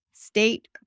state